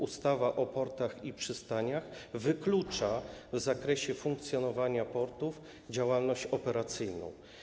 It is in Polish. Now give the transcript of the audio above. Ustawa o portach i przystaniach wyklucza w zakresie funkcjonowania portów działalność operacyjną.